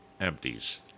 empties